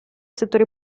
settore